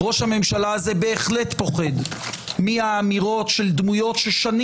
ראש הממשלה הזה בהחלט פוחד מהאמירות של דמויות ששנים